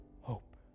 hope